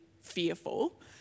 fearful